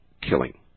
killing